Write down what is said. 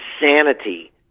insanity